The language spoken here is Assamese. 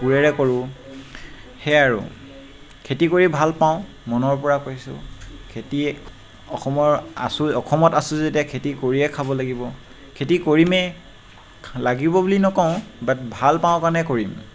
কোৰেৰে কৰোঁ সেয়াই আৰু খেতি কৰি ভাল পাওঁ মনৰ পৰা কৈছোঁ খেতি অসমৰ আছোঁ অসমত আছোঁ যেতিয়া খেতি কৰিয়ে খাব লাগিব খেতি কৰিমেই লাগিব বুলি নকওঁ বাট ভাল পাওঁ কাৰণে কৰিম